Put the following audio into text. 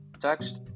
Text